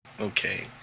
Okay